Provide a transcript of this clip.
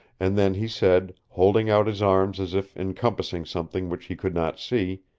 and then he said, holding out his arms as if encompassing something which he could not see.